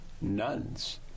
nuns